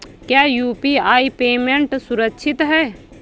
क्या UPI payment सुरक्षित है?